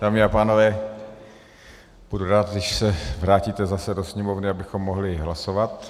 Dámy a pánové, budu rád, když se vrátíte zase do sněmovny, abychom mohli hlasovat.